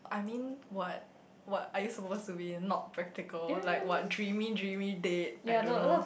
I mean what what are you supposed to be not practical like what dreamy dreamy date I don't know